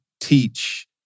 teach